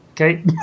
okay